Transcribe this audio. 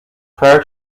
prior